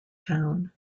town